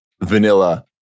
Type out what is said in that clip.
vanilla